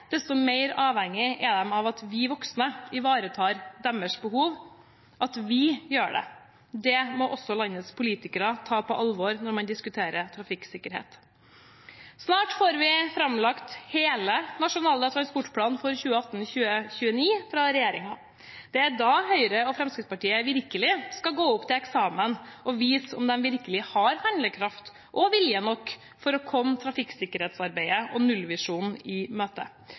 desto mer avhengig er de av at vi voksne ivaretar deres behov – at vi gjør det. Det må også landets politikere ta på alvor når man diskuterer trafikksikkerhet. Snart får vi framlagt hele Nasjonal transportplan 2018–2029 fra regjeringen. Det er da Høyre og Fremskrittspartiet virkelig skal gå opp til eksamen og vise om de virkelig har handlekraft og vilje nok til å komme trafikksikkerhetsarbeidet og nullvisjonen i møte.